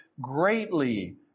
greatly